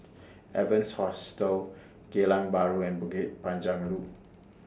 Evans Hostel Geylang Bahru and Bukit Panjang Loop